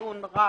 ולדון רק